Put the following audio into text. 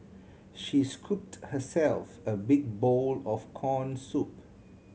she scooped herself a big bowl of corn soup